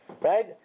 Right